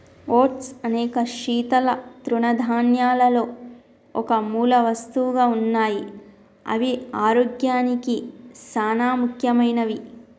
oats అనేక శీతల తృణధాన్యాలలో ఒక మూలవస్తువుగా ఉన్నాయి అవి ఆరోగ్యానికి సానా ముఖ్యమైనవి